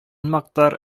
мактар